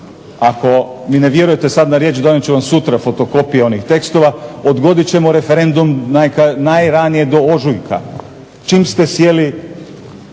Ako mi ne vjerujete sada na riječ donijet ću vam sutra fotokopije onih tekstova, odgodit ćemo referendum najranije do ožujka. Čim ste sjeli